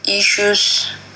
Issues